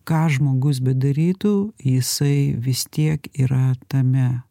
ką žmogus bedarytų jisai vis tiek yra tame